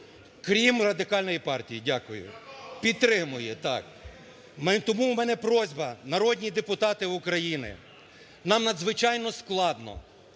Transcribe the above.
Крім Радикальної партії. Дякую. Підтримує, так. Тому у мене просьба. Народні депутати України, нам надзвичайно складно,